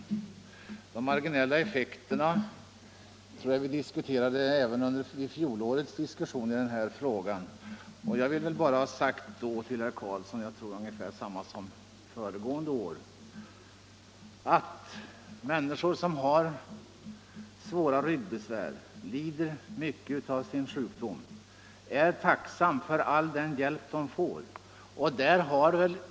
När denna fråga var uppe förra året diskuterade vi de marginella effekterna, och jag vill nu säga till herr Karlsson ungefär detsamma som jag sade då, nämligen att människor med svåra ryggbesvär lider mycket av sin sjukdom och är tacksamma för all den hjälp de kan få.